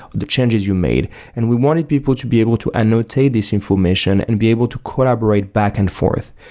the changes you made. and we wanted people to be able to annotate this information and be able to collaborate back and forth.